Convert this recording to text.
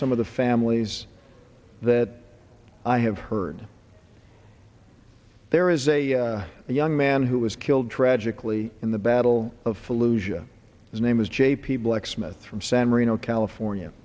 some of the families that i have heard there is a young man who was killed tragically in the battle of fallujah his name is j p blecksmith from san marino california